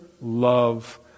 love